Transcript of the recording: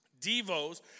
Devos